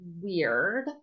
weird